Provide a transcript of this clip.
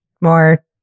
more